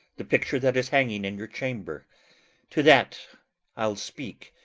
the picture that is hanging in your chamber to that i'll speak,